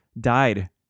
died